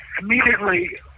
Immediately